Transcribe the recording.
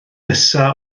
nesa